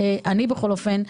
אני בכל אופן,